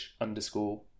underscore